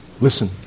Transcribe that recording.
Listen